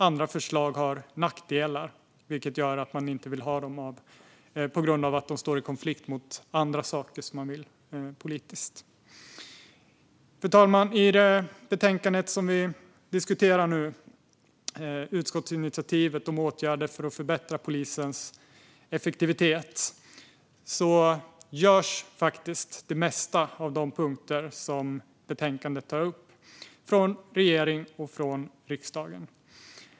Andra förslag innebär nackdelar som gör att vi inte vill ha dem ifall de står i konflikt med andra saker som vi vill politiskt. Fru talman! I fråga om det betänkande som vi nu diskuterar, utskottsinitiativet om åtgärder för att förbättra polisens effektivitet, gör faktiskt regering och riksdag det mesta av det som tas upp i punkterna i betänkandet.